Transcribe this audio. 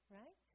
right